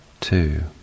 two